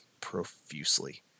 profusely